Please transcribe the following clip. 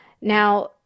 Now